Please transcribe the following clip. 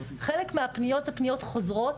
חלק מהפניות הן פניות חוזרות,